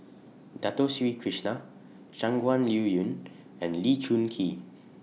Dato Sri Krishna Shangguan Liuyun and Lee Choon Kee